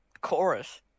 chorus